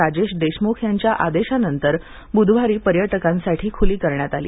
राजेश देशमुख यांच्या आदेशानंतर बुधवारी पर्यटकांसाठी खुली करण्यात आली